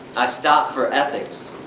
i stopped for ethics.